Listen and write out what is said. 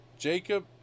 Jacob